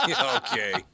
Okay